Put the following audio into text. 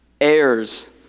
Heirs